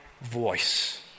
voice